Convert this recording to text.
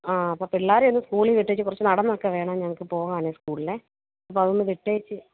ആ അപ്പം പിള്ളാരെയൊന്ന് സ്കൂളിൽ വിട്ടേച്ച് കുറച്ച് നടന്നൊക്കെ വേണം ഞങ്ങൾക്ക് പോകാനേ സ്കൂളിൽ അപ്പോൾ അതൊന്ന് വിട്ടേച്ച്